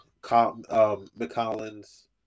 McCollins